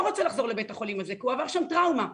רוצה לחזור לבית החולים הזה כי הוא עבר שם טראומה.